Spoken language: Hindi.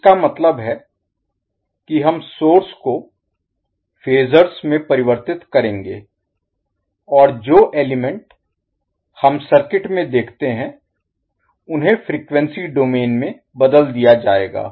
इसका मतलब है कि हम सोर्स को फेजर्स में परिवर्तित करेंगे और जो एलिमेंट तत्व Element हम सर्किट में देखते हैं उन्हें फ़्रीक्वेंसी डोमेन में बदल दिया जाएगा